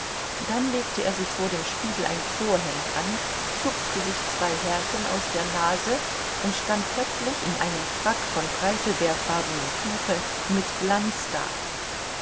dann legte er sich vor dem spiegel ein vorhemd an zupfte sich zwei härchen aus der nase und stand plötzlich in einem frack von preißelbeerfarbenem tuche mit glanz